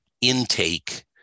intake